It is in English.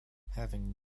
having